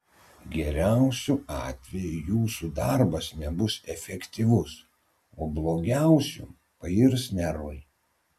geriausiu atveju jūsų darbas nebus efektyvus o blogiausiu pairs nervai